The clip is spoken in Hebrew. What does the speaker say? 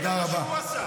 אתה לא עשית מה שהוא עשה.